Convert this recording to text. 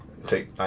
take